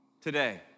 today